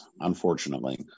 unfortunately